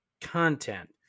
content